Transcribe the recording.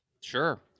Sure